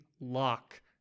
lock